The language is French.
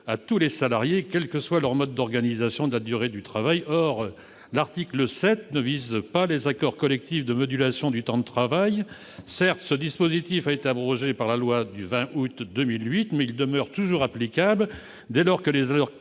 à tous les salariés, quel que soit le mode d'organisation de la durée du travail. Or l'article 7 ne vise pas les accords collectifs de modulation du temps de travail. Ce dispositif a certes été abrogé par la loi du 20 août 2008, mais il demeure applicable dès lors que les accords collectifs